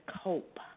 cope